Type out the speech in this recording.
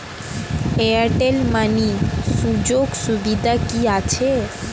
Airtel money সুযোগ সুবিধা কি আছে?